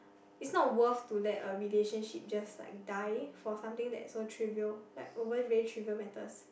it's not worth to let a relationship just like die for something that's so trivial like over very trivial matters